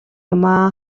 юмаа